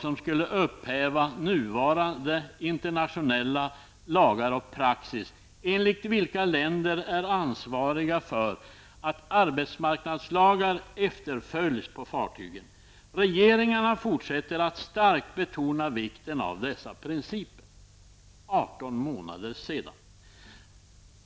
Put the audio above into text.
Det skulle upphäva nuvarande internationella lagar och praxis, enligt vilka länder är ansvariga för att arbetsmarknadslagar efterföljs på fartygen. Regeringarna fortsätter att starkt betona vikten av dessa principer.'' Det är arton månader sedan.